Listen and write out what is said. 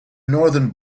northern